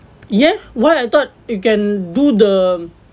ya what I thought you can do the